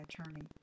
attorney